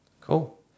Cool